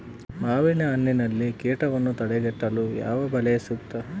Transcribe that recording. ಮಾವಿನಹಣ್ಣಿನಲ್ಲಿ ಕೇಟವನ್ನು ತಡೆಗಟ್ಟಲು ಯಾವ ಬಲೆ ಸೂಕ್ತ?